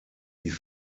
die